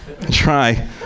try